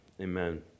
Amen